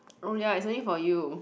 oh ya it's only for you